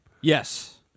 Yes